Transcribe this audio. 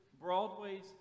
Broadway's